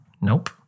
Nope